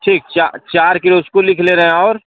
ठीक चार किलो उसको लिख ले रहें और